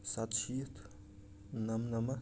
سَتشیٖتھ نَمنَمَتھ